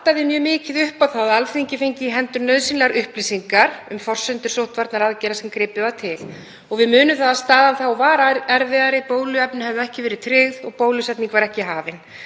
vantaði mjög mikið upp á það að Alþingi fengi í hendur nauðsynlegar upplýsingar um forsendur sóttvarnaaðgerða sem gripið var til. Við munum það að staðan var erfiðari, bóluefni höfðu ekki verið tryggð og bólusetning var ekki hafin.